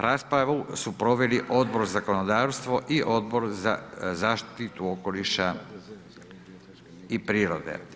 Raspravu su proveli Odbor za zakonodavstvo i Odbor za zaštitu okoliša i prirode.